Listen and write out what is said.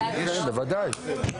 בוודאי.